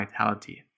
vitality